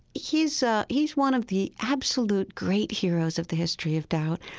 he's ah he's one of the absolute great heroes of the history of doubt.